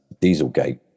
Dieselgate